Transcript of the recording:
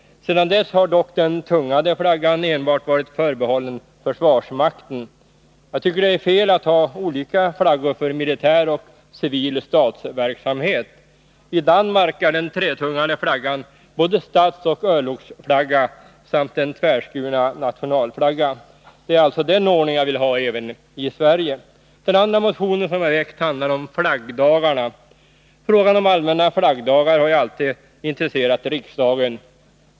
Sedan dess har dock den tungade flaggan enbart varit förbehållen försvarsmakten. Jag tycker att det är fel att ha olika flaggor för militär och civil statsverksamhet. I Danmark är den tretungade flaggan både statsoch örlogsflagga och den tvärskurna nationalflagga. Det är alltså den ordningen jag vill ha även i Sverige. Den andra motionen som jag har väckt handlar om flaggdagarna. Frågan om allmänna flaggdagar har ju alltid intresserat riksdagen.